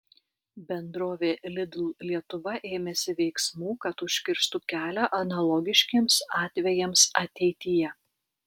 bendrovė lidl lietuva ėmėsi veiksmų kad užkirstų kelią analogiškiems atvejams ateityje